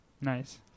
Nice